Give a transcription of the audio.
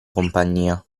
compagnia